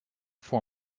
for